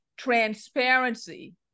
transparency